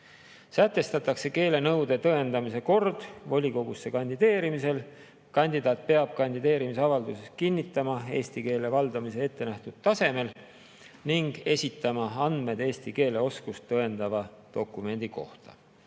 Sätestatakse keelenõude tõendamise kord volikogusse kandideerimisel. Kandidaat peab kandideerimisavalduses kinnitama eesti keele valdamist ette nähtud tasemel ning esitama andmed eesti keele oskust tõendava dokumendi kohta.